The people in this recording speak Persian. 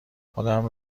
خودم